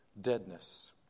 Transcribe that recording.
deadness